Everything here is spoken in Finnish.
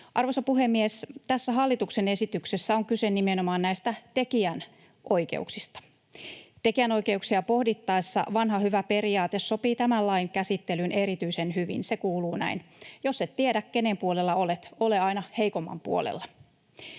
Arvoisa puhemies! Tässä hallituksen esityksessä on kyse nimenomaan näistä tekijänoikeuksista. Tekijänoikeuksia pohdittaessa vanha hyvä periaate sopii tämän lain käsittelyyn erityisen hyvin. Se kuuluu näin: jos et tiedä, kenen puolella olet, ole aina heikomman puolella.